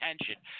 attention